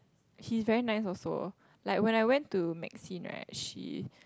he's very nice also like when I went to Maxine right she